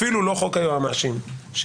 אפילו לא חוק היועמ"שים שעלה,